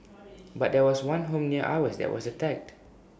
but there was one home near ours that was attacked